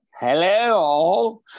Hello